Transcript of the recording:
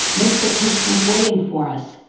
mr. tushman's waiting for us.